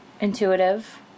Intuitive